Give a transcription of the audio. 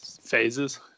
phases